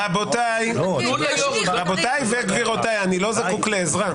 רבותיי, אני לא צריך עזרה.